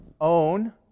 own